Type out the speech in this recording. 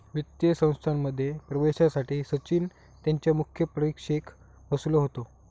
वित्तीय संस्थांमध्ये प्रवेशासाठी सचिन त्यांच्या मुख्य परीक्षेक बसलो होतो